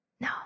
No